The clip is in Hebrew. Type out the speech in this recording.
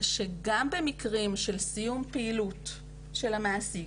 זה שגם במקרים של סיום פעילות של המעסיק,